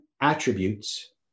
attributes